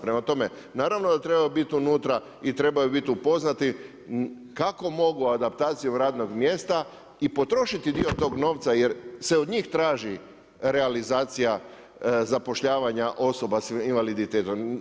Prema tome, naravno da trebaju biti unutra i trebaju biti upoznati kako mogu adaptacijom radnog mjesta i potrošiti dio tog novca jer se od njih traži realizacija zapošljavanja osoba s invaliditetom.